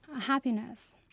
happiness